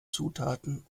zutaten